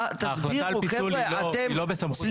ההחלטה על פיצול היא לא בסמכות שר האוצר.